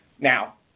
Now